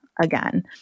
Again